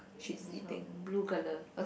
is what blue colour